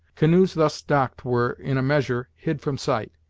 canoes thus docked were, in a measure, hid from sight,